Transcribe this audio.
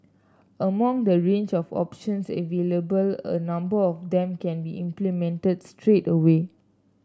among the range of options available a number of them can be implemented straight away